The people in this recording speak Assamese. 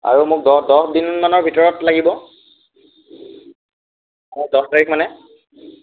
আৰু মোক দহ দহ দিন মানৰ ভিতৰত লাগিব দহ তাৰিখ মানে